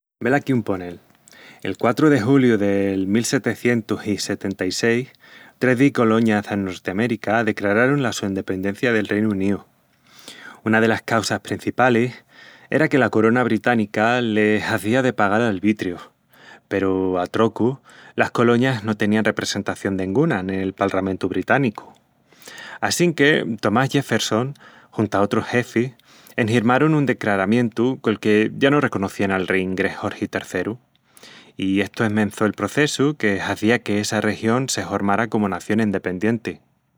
Velaquí un ponel. El quatru de juliu del mil setecientus i setenta-i-seis, trezi coloñas de Nortiamérica decrararun la su endependencia del Reinu Uníu. Una delas causas prencipalis era que la Corona Británica les hazía de pagal albitrius, peru a trocu las coloñas no tenían representación denguna nel Palramentu Británicu. Assinque Thomas Jefferson junta otrus xefis enhirmarun un decraramientu col que ya no reconocían al rei ingrés Jorgi III, i estu esmençó el processu que hazía que essa región se hormara como nación endependienti.